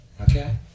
Okay